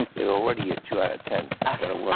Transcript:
you're already at two out of ten. i